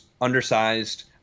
undersized